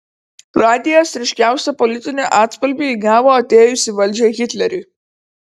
radijas ryškiausią politinį atspalvį įgavo atėjus į valdžią hitleriui